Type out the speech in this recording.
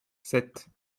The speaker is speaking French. sept